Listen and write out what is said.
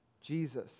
Jesus